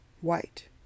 white